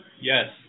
Yes